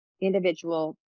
individual